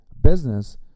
business